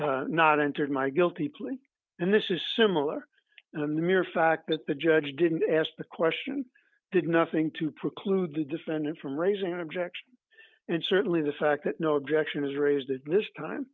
have not entered my guilty plea and this is similar to the mere fact that the judge didn't ask the question did nothing to preclude the defendant from raising an objection and certainly the fact that no objection is raised to this time